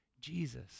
Jesus